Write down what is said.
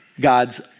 God's